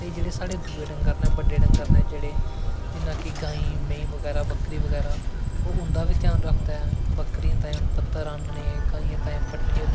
ते पहले जंदू जेकर में अपनी गल्ल करां ते अस निक्के निक्के होंदे है ते अस स्कूले च पढदे होंदे है ते साढ़े स्कूल च कला केन्द्र दे लोक आंदे होंदे है